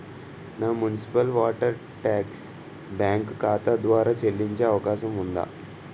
నా municipal water tax bank ఖాతా ద్వారా చెల్లించే అవకాశం ఉందా?